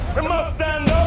we must stand